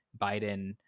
biden